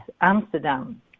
Amsterdam